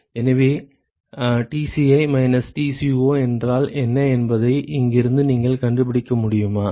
எனவே Tci minus Tco என்றால் என்ன என்பதை இங்கிருந்து நீங்கள் கண்டுபிடிக்க முடியுமா